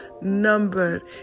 numbered